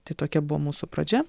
tai tokia buvo mūsų pradžia